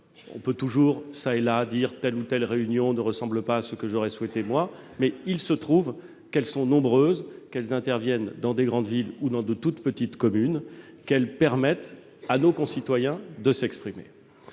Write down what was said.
On peut toujours, ici ou là, dire que telle ou telle réunion ne ressemble pas à ce que l'on aurait souhaité dans l'idéal. Toutefois, les réunions sont nombreuses, elles interviennent dans de grandes villes comme dans de toutes petites communes et elles permettent à nos concitoyens de s'exprimer.